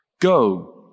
Go